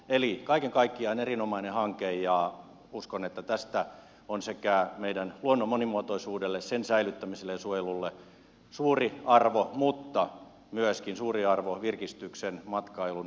eli kaiken kaikkiaan erinomainen hanke ja uskon että tästä on meidän luonnon monimuotoisuudelle sen säilyttämiselle ja suojelulle suuri arvo mutta myöskin suuri arvo virkistyksen matkailun ja erityisesti luontomatkailun kannalta